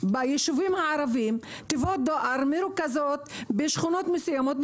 ביישובים הערביים תיבות הדואר מרוכזות בשכונות מסוימות.